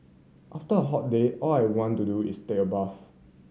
after a hot day all I want to do is take a bath